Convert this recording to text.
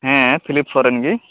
ᱦᱮᱸ ᱯᱷᱤᱞᱤᱯ ᱥᱚᱨᱮᱱ ᱜᱮ